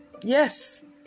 Yes